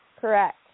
Correct